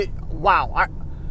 wow